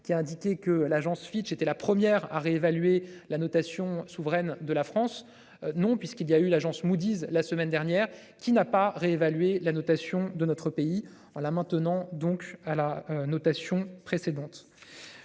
qui a indiqué que l'agence Fitch était la première à réévaluer la notation souveraine de la France. Non puisqu'il y a eu l'agence Moody's, la semaine dernière qui n'a pas réévaluer la notation de notre pays en là maintenant donc à la notation précédentes